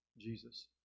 Jesus